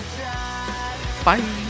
Bye